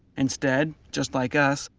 instead, just like us,